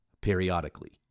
periodically